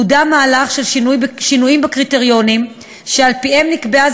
קודם מהלך של שינויים בקריטריונים שעל-פיהם נקבעת